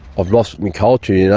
i've lost my culture. yeah